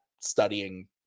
studying